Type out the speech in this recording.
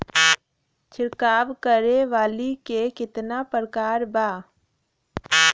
छिड़काव करे वाली क कितना प्रकार बा?